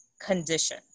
condition